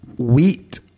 Wheat